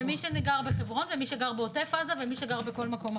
לבין מי שגר בחברון למי שגר בעוטף עזה ולמי שגר בכל מקום אחר.